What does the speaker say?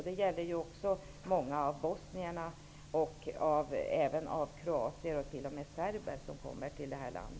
Det gäller ju också många av de bosnier, kroater och även serber som kommer till vårt land.